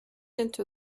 into